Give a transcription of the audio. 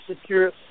secure